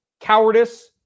Cowardice